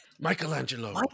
Michelangelo